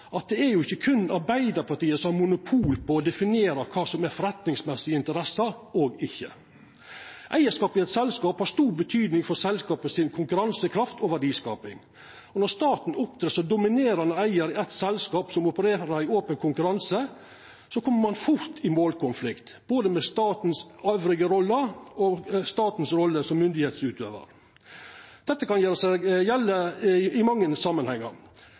ikkje berre Arbeidarpartiet som har monopol på å definera kva som er forretningsmessige interesser og ikkje. Eigarskapen i eit selskap har stor betyding for selskapet si konkurransekraft og verdiskaping. Og når staten opptrer som dominerande eigar i eit selskap som opererer i ein open konkurranse, kjem ein fort i målkonflikt, både med staten si rolle elles og med staten si rolle som myndigheitsutøvar. Dette kan gjelda i mange samanhengar.